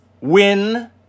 Win